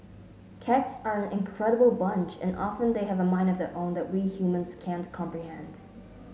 cats are an incredible bunch and often they have a mind of their own that we humans can't comprehend